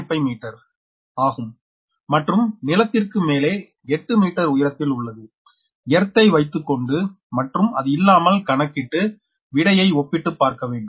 5 metre ஆகும் மற்றும் நிலத்திற்கு மேலே 8 மீட்டர் உயர்த்தில் உள்ளது எர்த் ஐ வைத்துக்கொண்டு மற்றும் அது இல்லாமல் கணக்கிட்டு விடையை ஒப்பிட்டு பார்க்க வேண்டும்